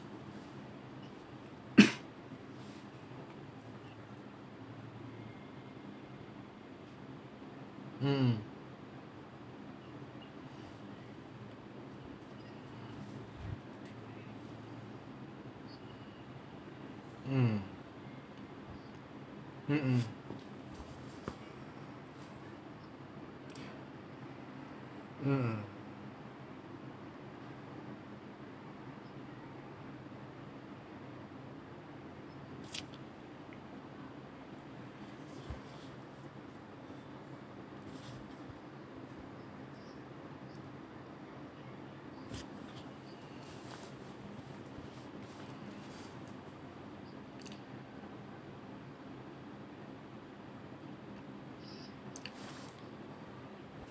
mm mm mm mm mm mm